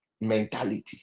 mentality